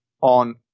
on